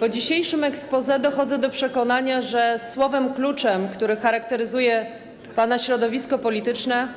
Po dzisiejszym exposé dochodzę do przekonania, że słowem kluczem, które charakteryzuje pana środowisko polityczne,